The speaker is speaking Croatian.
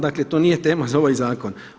Dakle, to nije tema za ovaj zakon.